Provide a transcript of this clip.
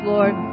Lord